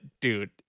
dude